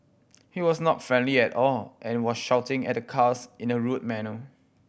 he was not friendly at all and was shouting at the cars in a rude manner